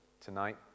tonight